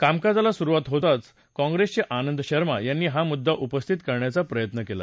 कामकाजाला सुरुवात होताच काँप्रेसचे आनंद शर्मा यांनी हा मुद्दा उपस्थित करण्याचा प्रयत्न केला